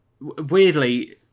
weirdly